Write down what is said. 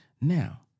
Now